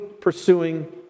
pursuing